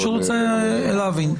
אני פשוט רוצה להבין.